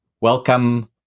welcome